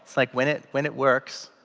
like when it when it works.